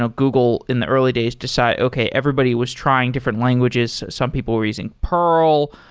ah google in the early days decide, okay, everybody was trying different languages. some people were using pearl.